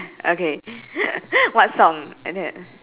okay what song and that